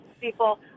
people